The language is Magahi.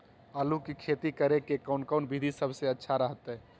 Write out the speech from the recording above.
आलू की खेती करें के कौन कौन विधि सबसे अच्छा रहतय?